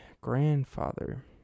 grandfather